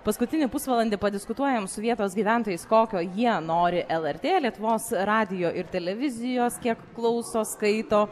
paskutinį pusvalandį padiskutuojam su vietos gyventojais kokio jie nori lrt lietuvos radijo ir televizijos kiek klauso skaito